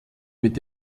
mit